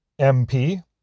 MP